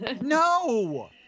No